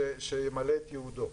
שימלא את ייעודו.